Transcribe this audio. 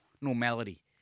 normality